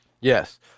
Yes